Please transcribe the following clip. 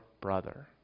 brother